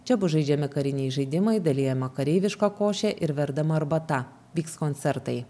čia bus žaidžiami kariniai žaidimai dalijama kareiviška košė ir verdama arbata vyks koncertai